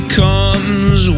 comes